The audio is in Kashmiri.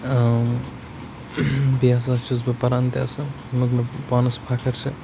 بیٚیہِ ہَسا چھُس بہٕ پَران تہِ اَصٕل پانَس فخٕر چھِ